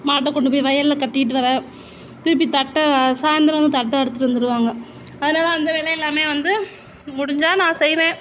மாட்டை கொண்டு போய் வயலில் கட்டிட்டு வர திருப்பி தட்டை சாயந்தரம் வந்து தட்டை எடுத்துகிட்டு வந்துடுவாங்க அதனால அந்த வேலை எல்லாமே வந்து முடிஞ்சால் நான் செய்வேன்